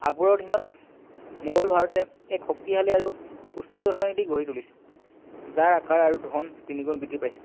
আকবৰৰ দিনত মোগল ভাৰতে এক শক্তিশালী আৰু সুস্থিৰ অৰ্থনীতি গঢ়ি তুলিছিল যাৰ আকাৰ আৰু ধন তিনি গুণ বৃদ্ধি পাইছিল